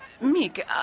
Meek